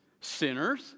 sinners